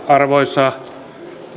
arvoisa